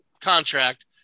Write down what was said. contract